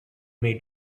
made